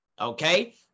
Okay